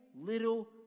little